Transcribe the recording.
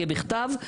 תהיה בכתב,